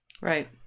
Right